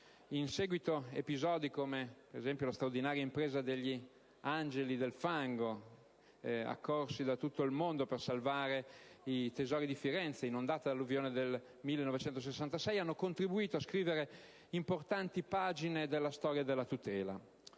In seguito, episodi come la straordinaria impresa degli «angeli del fango», accorsi da tutto il mondo per salvare i tesori di Firenze, inondata dall'alluvione del 1966, hanno contribuito a scrivere importanti pagine della storia della tutela.